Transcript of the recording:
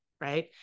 right